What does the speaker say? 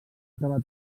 acabar